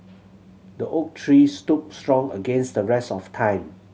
the oak tree stood strong against the rest of time